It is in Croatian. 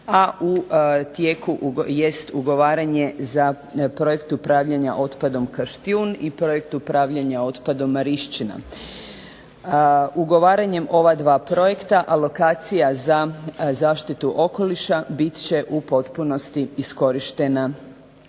a u tijeku jest ugovaranje za projekt upravljanja otpadom Kaštijun, i projekt upravljanja otpadom Marišćina. Ugovaranjem ova dva projekta alokacija za zaštitu okoliša bit će u potpunosti iskorištena